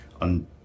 on